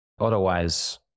Otherwise